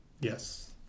Yes